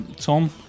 Tom